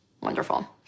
Wonderful